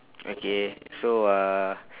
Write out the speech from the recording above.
okay so uh